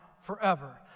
forever